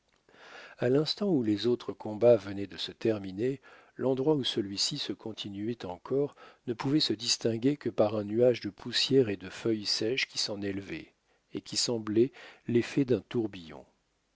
à l'instant où les autres combats venaient de se terminer l'endroit où celui-ci se continuait encore ne pouvait se distinguer que par un nuage de poussière et de feuilles sèches qui s'en élevait et qui semblait l'effet d'un tourbillon